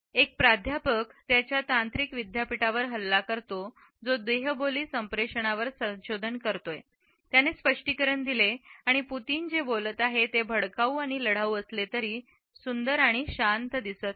एक प्राध्यापक त्याच्या तांत्रिक विद्यापीठावर हल्ला करतो जो देहबोली संप्रेषणावर संशोधन करतो त्याने स्पष्टीकरण दिले आणि पुतिन जे बोलत होते ते भडकाऊ आणि लढाऊ असले तरी सुंदर आणि शांत दिसत होते